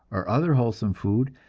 or other wholesome food.